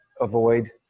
avoid